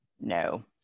No